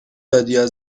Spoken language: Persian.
دادیا